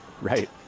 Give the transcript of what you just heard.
Right